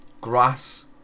Grass